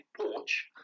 porch